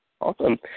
Awesome